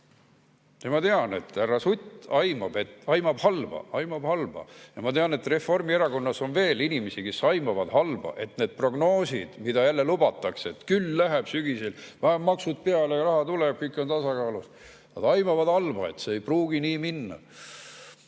Ma tean, et härra Sutt aimab halba. Aimab halba! Ja ma tean, et Reformierakonnas on veel inimesi, kes aimavad halba, et need prognoosid, mida jälle lubatakse – küll läheb sügisel kõik tasakaalu, maksud peale, raha tuleb, kõik on tasakaalus –, aga nad aimavad halba, et see ei pruugi nii minna.